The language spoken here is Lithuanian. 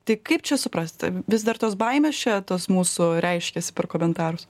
tai kaip čia suprasti vis dar tos baimės čia tos mūsų reiškiasi per komentarus